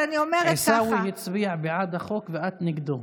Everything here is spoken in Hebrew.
עיסאווי הצביע בעד החוק ואת נגדו.